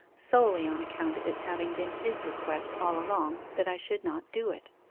solely on account of its having been his request all along that i should not do it.